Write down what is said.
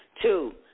Two